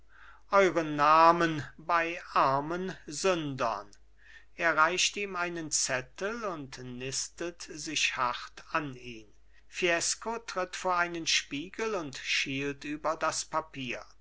euren namen bei armen sündern er reicht ihm einen zettel und nistet sich hart an ihn fiesco tritt vor einen spiegel und schielt über das papier